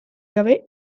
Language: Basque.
gabe